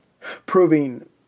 proving